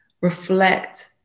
reflect